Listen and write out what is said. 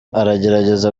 aragerageza